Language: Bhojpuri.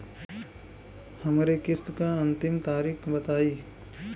हमरे किस्त क अंतिम तारीख बताईं?